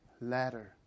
ladder